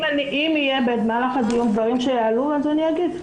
אם יעלו דברים במהלך הדיון, אז אני אגיב.